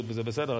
וזה בסדר,